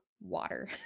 water